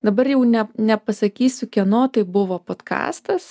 dabar jau ne nepasakysiu kieno tai buvo podkastas